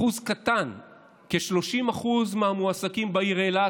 אחוז קטן מהמועסקים בעיר אילת,